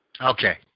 Okay